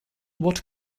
what